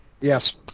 Yes